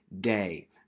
day